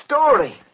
story